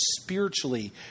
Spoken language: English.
spiritually